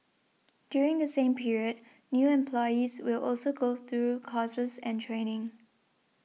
during the same period new employees will also go through courses and training